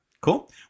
Cool